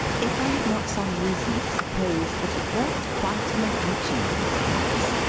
if i had not some reason to suppose that it was quite an original dance,